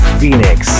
phoenix